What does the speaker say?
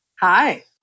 Hi